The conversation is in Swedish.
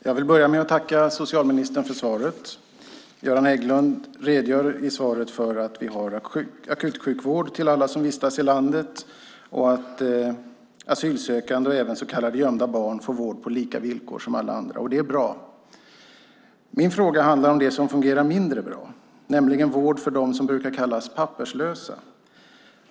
Fru talman! Jag tackar socialministern för svaret. Göran Hägglund redogör i svaret för att vi har akutsjukvård till alla som vistas i landet och att asylsökande och även så kallade gömda barn får vård på lika villkor som alla andra. Det är bra. Min fråga handlar om det som fungerar mindre bra, nämligen vård för dem som brukar kallas papperslösa.